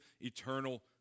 eternal